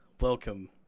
welcome